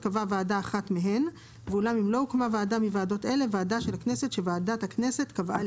התשפ"ג 7 בפברואר 2023. הנושא: הצעת חוק סמכויות מיוחדות